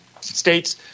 states